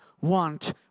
want